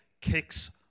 kicks